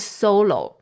solo